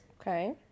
okay